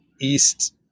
east